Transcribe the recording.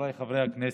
חבריי חברי הכנסת,